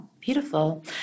beautiful